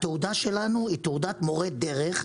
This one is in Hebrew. התעודה שלנו היא תעודת מורי דרך,